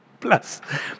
Plus